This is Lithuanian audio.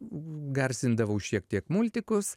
garsindavau šiek tiek multikus